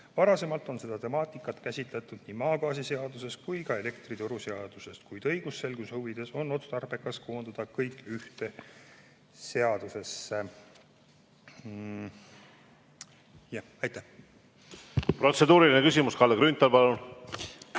Varasemalt on seda temaatikat käsitletud nii maagaasiseaduses kui ka elektrituruseaduses, kuid õigusselguse huvides on otstarbekas koondada kõik ühte seadusesse. Aitäh! Protseduuriline küsimus, Kalle Grünthal, palun!